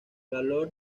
valor